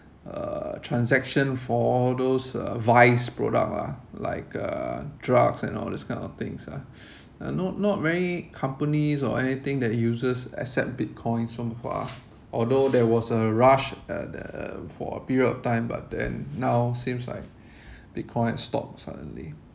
uh transaction for all those uh vice product lah like uh drugs and all this kind of things ah not not any companies or anything that uses accept bitcoins so far although there was a rush uh the uh for a period of time but then now seems like bitcoin stop suddenly